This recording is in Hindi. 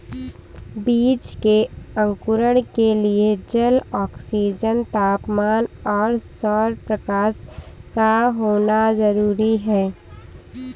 बीज के अंकुरण के लिए जल, ऑक्सीजन, तापमान और सौरप्रकाश का होना जरूरी है